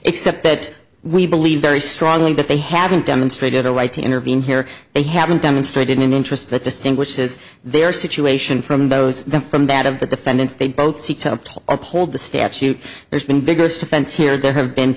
except that we believe very strongly that they haven't demonstrated a right to intervene here they haven't demonstrated an interest that distinguishes their situation from those the from that of the defendants they both seek to uphold the statute there's been vigorous defense here there have been